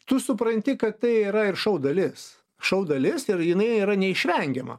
tu supranti kad tai yra ir šou dalis šou dalis ir jinai yra neišvengiama